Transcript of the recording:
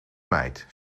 meid